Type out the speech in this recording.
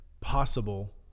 possible